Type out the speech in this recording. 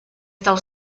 dels